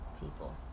people